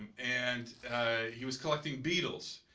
and and he was collecting beetles.